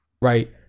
Right